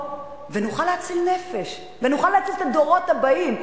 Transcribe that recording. ונוכל להציל נפש ונוכל להציל את הדורות הבאים.